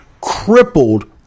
crippled